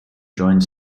joined